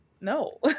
no